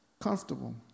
comfortable